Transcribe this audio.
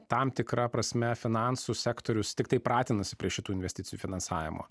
tam tikra prasme finansų sektorius tiktai pratinasi prie šitų investicijų finansavimo